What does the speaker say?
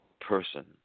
person